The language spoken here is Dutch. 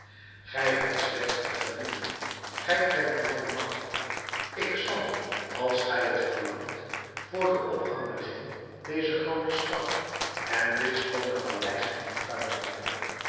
gij hebt slechts te gebieden gij kent mijne magt ik zal als gij het verlangt vr den opgang der zon deze groote stad en dit schoone paleis in